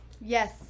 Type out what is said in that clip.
Yes